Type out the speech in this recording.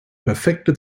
perfekte